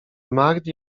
mahdi